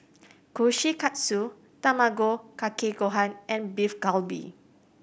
Kushikatsu Tamago Kake Gohan and Beef Galbi